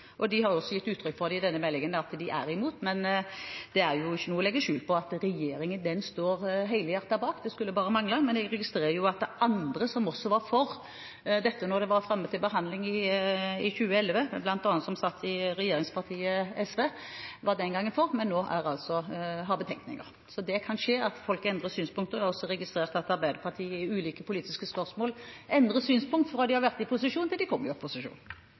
Men det er jo ingen hemmelighet at Fremskrittspartiet var imot denne meldingen da den ble behandlet i Stortinget i sin tid, og de har også i innstillingen gitt uttrykk for at de er imot. Men det er ikke noe å legge skjul på at regjeringen står helhjertet bak – det skulle bare mangle! Men jeg registrerer at det er andre som også var for dette da det var oppe til behandling i 2011, bl.a. som sagt SV, som satt i regjering den gangen, som nå altså har betenkninger. Så det kan skje at folk endrer synspunkt. Jeg har også registrert at Arbeiderpartiet i ulike politiske spørsmål har endret synspunkt når de kommer i opposisjon,